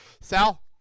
Sal